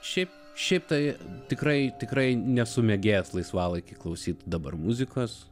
šiaip šiaip tai tikrai tikrai nesu mėgėjas laisvalaikiu klausyti dabar muzikos